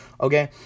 Okay